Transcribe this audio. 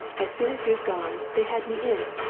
as soon as you'd gone, they had me in,